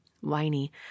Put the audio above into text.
Whiny